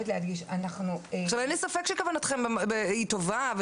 עכשיו אין לי ספק שכוונתכם היא טובה,